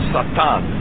Satan